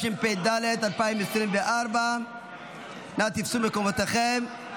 התשפ"ד 2024. נא תפסו מקומותיכם.